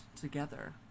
together